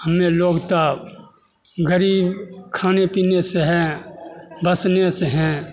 हमे लोग तब गरीब खाने पीने सहए बसने सहए